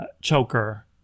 choker